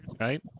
right